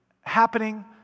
happening